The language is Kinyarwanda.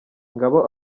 ngabo